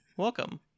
welcome